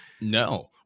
No